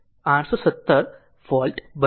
817 volt બનશે